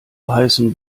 heißen